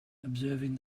observing